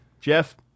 Jeff